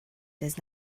does